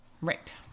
Right